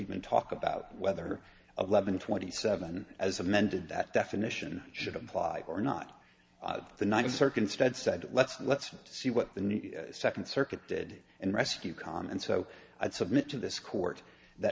even talk about whether eleven twenty seven as amended that definition should apply or not the ninth circuit instead said let's let's see what the new second circuit did and rescue com and so i'd submit to this court that